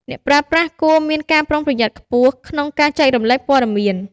អ្នកប្រើប្រាស់គួរមានការប្រុងប្រយ័ត្នខ្ពស់ក្នុងការចែករំលែកព័ត៌មាន។